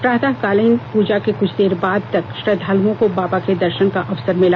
प्रातःकालीन पूजा के कुछ देर बाद तक श्रद्वालुओं को बाबा के दर्शन का अवसर मिला